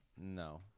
no